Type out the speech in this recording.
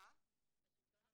מה עמדת השלטון המקומי?